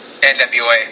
NWA